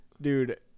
dude